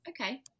okay